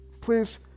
please